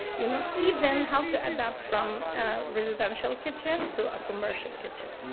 you know even how to adopt from a residential kitchen to a commercial kitchen.